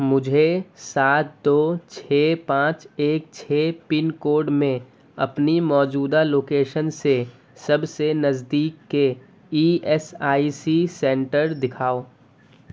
مجھے سات دو چھ پانچ ایک چھ پن کوڈ میں اپنی موجودہ لوکیشن سے سب سے نزدیک کے E S I C centre دکھاؤ